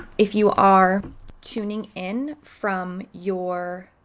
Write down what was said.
if you are tuning in from your